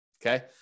Okay